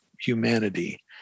humanity